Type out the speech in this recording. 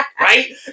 Right